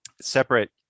separate